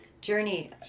journey